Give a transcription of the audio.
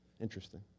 Interesting